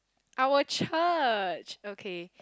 our church okay